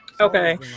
Okay